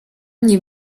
nie